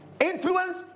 influence